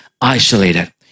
isolated